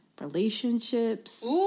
Relationships